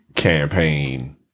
Campaign